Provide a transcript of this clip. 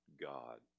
God